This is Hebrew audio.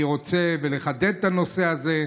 אני רוצה לחדד את הנושא הזה: